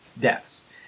deaths